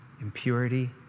impurity